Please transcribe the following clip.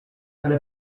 tale